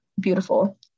beautiful